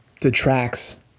detracts